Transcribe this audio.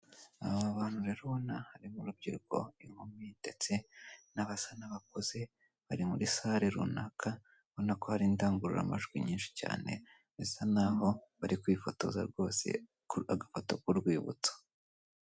Aba bantu rero ubona harimo urubyiruko inkumi ndetse n'abasa n'abakuze bari muri salle runaka mbona ko hari indangururamajwi nyinshi cyane bisa naho bari kwifotoza rwose agafoto k'urwibutso.